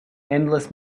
endless